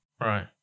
Right